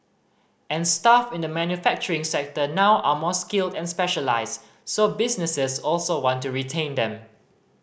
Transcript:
and staff in the manufacturing sector now are more skilled and specialised so businesses also want to retain them